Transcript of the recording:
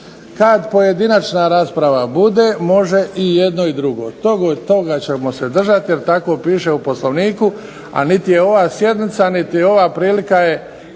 Kada pojedinačna rasprava bude može i jedno i drugo. Toga ćemo se držati, jer tako piše u Poslovniku. A niti je ova sjednica niti je ova prilika je